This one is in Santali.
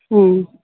ᱦᱮᱸ